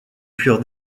furent